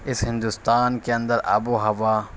اس ہندوستان کے اندر آب و ہوا